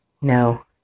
No